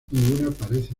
parece